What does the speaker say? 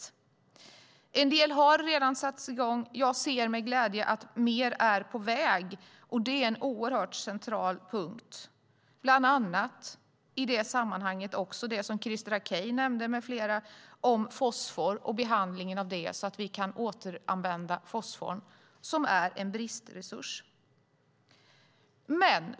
En del arbete har redan påbörjats, och jag ser med glädje att mer är på gång. Det är oerhört centralt bland annat utifrån det som Christer Akej med flera tog upp, frågan om fosfor och behandlingen av den så att den kan återanvändas. Fosfor är ju en bristresurs.